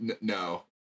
no